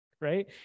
right